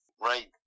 right